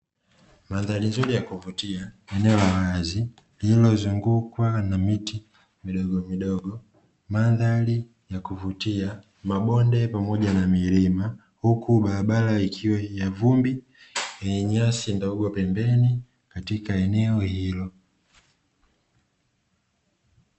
Mandhari nzuri ya kuvutia; eneo la wazi lililozungukwa na miti midogo midogo, mandhari ya kuvutia, mabonde pamoja na milima. Huku barabara ikiwa ya vumbi yenye nyasi ndogo pembeni katika eneo hilo.